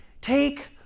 take